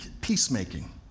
peacemaking